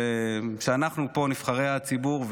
כשאנחנו פה נבחרי הציבור.